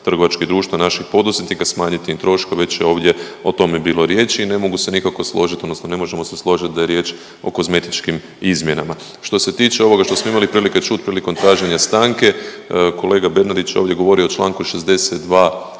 trgovačkih društva naših poduzetnika, smanjiti im troškove, već je ovdje o tome bilo riječi. I ne mogu se nikako složiti odnosno ne možemo se složiti da je riječ o kozmetičkim izmjenama. Što se tiče ovoga što smo imali prilike čuti prilikom traženja stanke kolega Bernardić je ovdje govorio o Članku 62a.